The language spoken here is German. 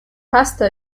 pasta